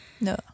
No